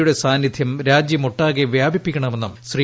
യുടെ സാന്നിധ്യം രാജ്യമൊട്ടാകെ വ്യാപിപ്പിക്കണമെന്നും ശ്രീ